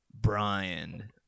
Brian